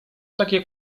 takie